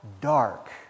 dark